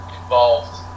involved